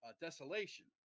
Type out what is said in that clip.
desolation